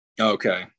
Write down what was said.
Okay